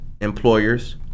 employers